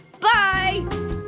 Bye